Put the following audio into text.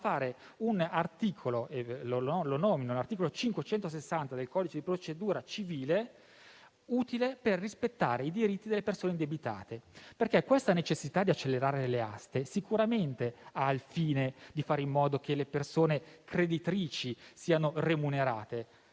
a far approvare l'articolo 560 del codice di procedura civile, utile per rispettare i diritti delle persone indebitate. Questa necessità di accelerare le aste, sicuramente è finalizzata a fare in modo che le persone creditrici siano remunerate.